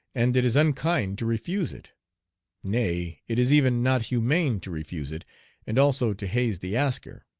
and it is unkind to refuse it nay, it is even not humane to refuse it and also to haze the asker.